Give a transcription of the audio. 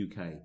UK